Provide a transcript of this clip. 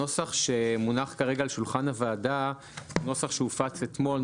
הנוסח שמונח כרגע על שולחן הוועדה זה נוסח שהופץ אתמול,